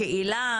השאלה,